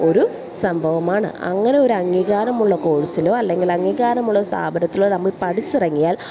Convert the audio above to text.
ഒരു സംഭവമാണ് അങ്ങനെ ഒരു അംഗീകാരമുള്ള കോഴ്സിലോ അല്ലെങ്കിൽ അംഗീകാരമുള്ള സ്ഥാപനത്തിലോ നമ്മൾ പഠിച്ചിറങ്ങിയാൽ